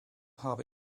habe